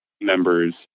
members